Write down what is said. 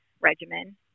regimen